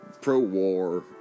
pro-war